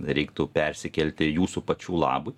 reiktų persikelti jūsų pačių labui